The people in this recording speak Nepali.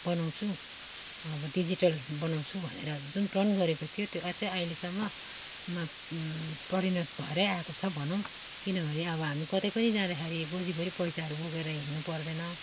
बनाउँछु अब डिजिटल बनाउँछु भनेर जुन प्रण गरेको थियो त्यो आज अहिलेसम्म मा परिणत भएर आएको छ भनौँ किनभने अब हामी कतै पनि जाँदाखेरि गोजीभरि पैसाहरू बोकेर हिँड्नु पर्दैन